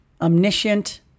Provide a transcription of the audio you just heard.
omniscient